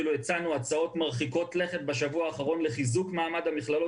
אפילו הצענו הצעות מרחיקות לכת בשבוע האחרון לחיזוק מעמד המכללות